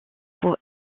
pour